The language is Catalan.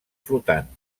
flotant